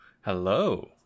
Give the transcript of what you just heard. hello